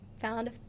found